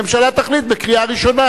הממשלה תחליט בקריאה ראשונה,